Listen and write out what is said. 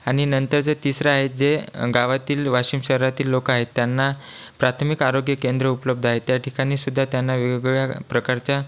आणि नंतरचं तिसरं आहे जे गावातील वाशिम शहरातील लोकं आहेत त्यांना प्राथमिक आरोग्य केंद्र उपलब्ध आहे त्या ठिकाणी सुद्धा त्यांना वेगवेगळ्या प्रकारच्या